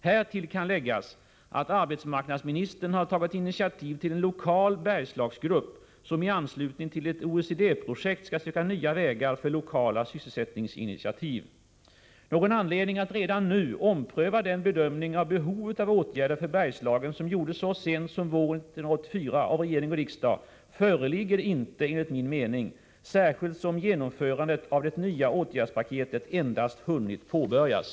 Härtill kan läggas att arbetsmarknadsministern har tagit initiativ till en lokal Bergslagsgrupp, som i anslutning till ett OECD-projekt skall söka nya vägar för lokala sysselsättningsinitiativ. Någon anledning att redan nu ompröva den bedömning av behovet av åtgärder för Bergslagen som gjordes så sent som våren 1984 av regering och riksdag föreligger inte enligt min mening, särskilt som genomförandet av det nya åtgärdspaketet endast hunnit påbörjas.